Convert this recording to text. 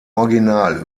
original